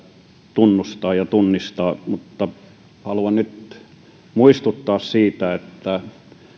tunnustaa ja tunnistaa mutta haluan nyt muistuttaa siitä että